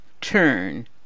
turn